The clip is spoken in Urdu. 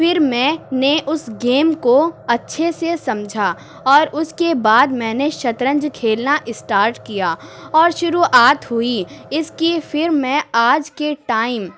پھر میں نے اس گیم کو اچھے سے سمجھا اور اس کے بعد میں نے شطرنج کھیلنا اسٹارٹ کیا اور شروعات ہوئی اس کی پھر میں آج کے ٹائم